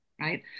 right